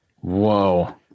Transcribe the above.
Whoa